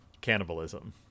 cannibalism